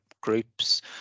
groups